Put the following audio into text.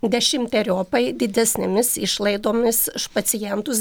dešimteriopai didesnėmis išlaidomis už pacientus